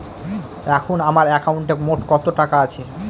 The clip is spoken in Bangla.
এখন আমার একাউন্টে মোট কত টাকা আছে?